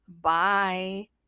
Bye